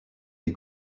des